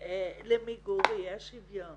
למיגור אי השוויון.